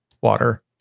water